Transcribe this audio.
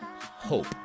hope